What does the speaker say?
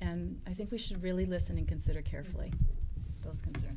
and i think we should really listen and consider carefully those concern